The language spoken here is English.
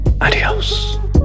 adios